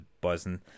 buzzing